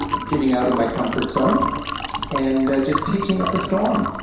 getting out my comfort zone and just teaching up a storm.